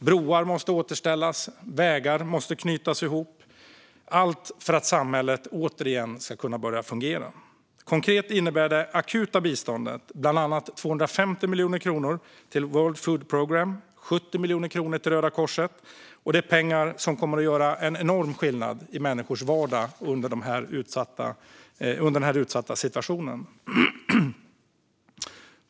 Broar måste återställas och vägar knytas ihop, allt för att samhället återigen ska kunna fungera. Konkret innebär det akuta biståndet bland annat 250 miljoner kronor till World Food Programme och 70 miljoner kronor till Röda Korset. Det är pengar som kommer att göra enorm skillnad i människors vardag i den här utsatta situationen.